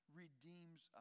redeems